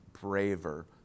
braver